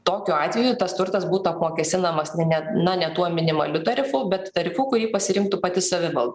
tokiu atveju tas turtas būtų apmokestinamas ne na ne tuo minimaliu tarifu bet tarifu kurį pasirinktų pati savivalda